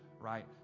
right